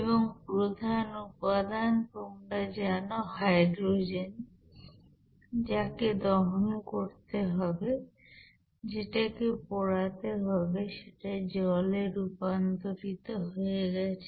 এবং প্রধান উপাদান তোমরা জানো হাইড্রোজেন যাকে দহন করতে হবে যেটাকে পোড়াতে হবে সেটা জলে রূপান্তরিত হয়ে গেছে